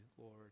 Lord